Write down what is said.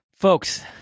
Folks